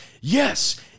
yes